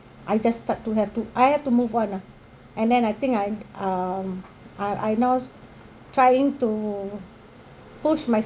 I just start to have to I have to move on lah and then I think I um I I now trying to push